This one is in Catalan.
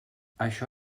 això